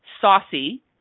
saucy